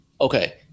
Okay